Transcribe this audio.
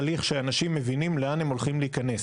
הליך שאנשים מבינים לאן הם הולכים להיכנס.